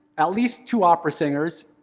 at least two opera singers,